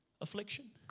affliction